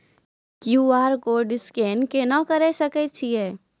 QR code scan केना करै सकय छियै?